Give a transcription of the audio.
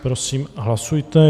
Prosím, hlasujte.